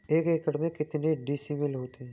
एक एकड़ में कितने डिसमिल होता है?